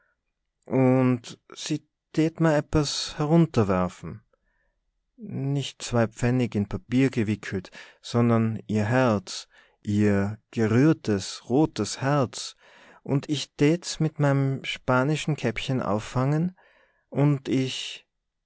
und se tät merr ebbes herunterwerfen nicht zwei pfennig in papier gewickelt sondern ihr herz ihr gerührtes rotes herz und ich tät's mit mei'm spanische käppche auffangen und ich